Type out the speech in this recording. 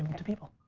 to people.